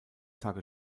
tage